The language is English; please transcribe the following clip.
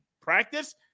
practice